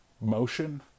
motion